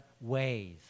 ways